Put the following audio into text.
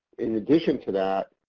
in addition to that,